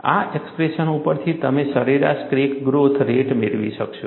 આ એક્સપ્રેશન ઉપરથી તમે સરેરાશ ક્રેક ગ્રોથ રેટ મેળવી શકશો